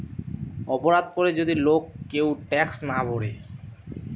অপরাধ করে যদি লোক কেউ ট্যাক্স না ভোরে